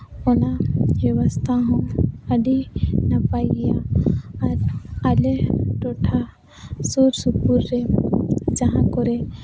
ᱚᱱᱟ ᱵᱮᱵᱚᱥᱛᱷᱟ ᱦᱚᱸ ᱟᱹᱰᱤ ᱱᱟᱯᱟᱭ ᱜᱮᱭᱟ ᱟᱨ ᱟᱞᱮ ᱴᱚᱴᱷᱟ ᱥᱩᱨᱼᱥᱩᱯᱩᱨ ᱨᱮ ᱡᱟᱦᱟᱸ ᱠᱚᱨᱮ